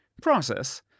process